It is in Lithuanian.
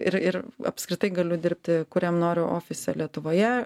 ir ir apskritai galiu dirbti kuriam noriu ofise lietuvoje